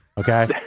Okay